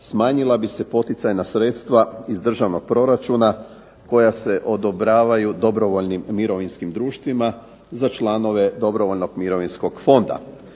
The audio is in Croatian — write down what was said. smanjila bi se poticajna sredstva iz državnog proračuna koja se odobravaju dobrovoljnim mirovinskim društvima za članove dobrovoljnog mirovinskog fonda